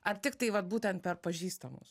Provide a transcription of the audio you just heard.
ar tiktai vat būtent per pažįstamus